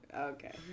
okay